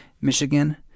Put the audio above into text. Michigan